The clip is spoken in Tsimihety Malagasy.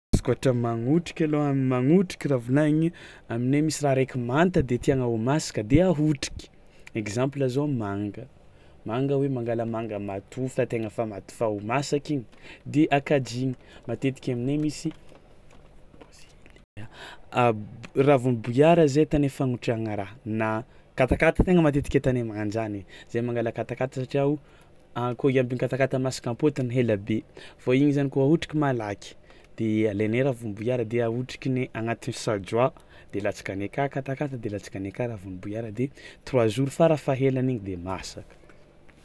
Izy koa ohatra magnotriky alôha magnotriky raha volagny, aminay misy raha raiky manta de tiana ho masaka de ahotriky exemple zao manga manga hoe mangala manga matofa na tegna fa matofa ho masaka igny de akajiagny, matetiky aminay misy a b- ravin'ny bohiara zay atanay fanotriahagna raha na katakata tegna matetiky atanay magnan-jany ai, zahay mangala katakata satria o a kôa iambiny katakata masaka am-pôtony hela be fao igny zany kôa ahotriky malaky de alainay ravin'ny bohiara de ahotrikinay agnatin'ny sadroà de alatsakanay aka katakata de alatsakanay aka ravin'ny bohiara de trois jours farafahahelany igny de masaka.